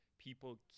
People